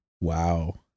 Wow